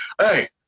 hey